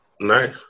nice